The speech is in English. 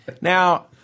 Now